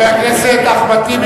חבר הכנסת אחמד טיבי,